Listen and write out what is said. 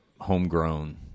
homegrown